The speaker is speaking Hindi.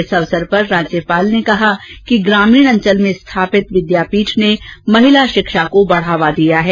इस अवसर पर राज्यपाल श्री सिंह ने कहा कि ग्रामीण अंचल में स्थापित विद्यापीठ ने महिला शिक्षा को बढ़ावा दिया है